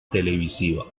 televisiva